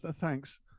Thanks